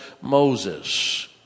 Moses